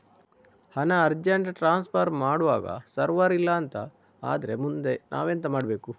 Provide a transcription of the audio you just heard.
ಹಣ urgent transfer ಮಾಡ್ವಾಗ server ಇಲ್ಲಾಂತ ಆದ್ರೆ ಮುಂದೆ ನಾವೆಂತ ಮಾಡ್ಬೇಕು?